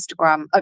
Instagram